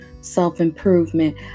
self-improvement